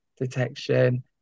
detection